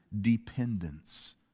dependence